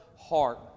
heart